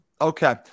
Okay